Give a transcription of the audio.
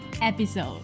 episode